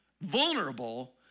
vulnerable